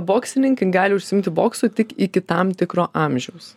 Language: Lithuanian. boksininkai gali užsiimti boksu tik iki tam tikro amžiaus